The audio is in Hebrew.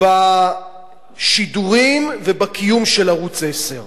בשידורים ובקיום של ערוץ-10.